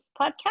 podcast